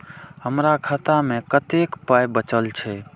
हमर खाता मे कतैक पाय बचल छै